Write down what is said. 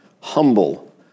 humble